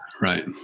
right